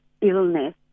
illness